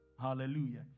Hallelujah